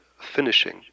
finishing